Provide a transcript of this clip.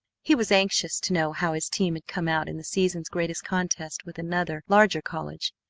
he was anxious to know how his team had come out in the season's greatest contest with another larger college.